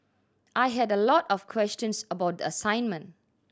I had a lot of questions about the assignment